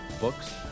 books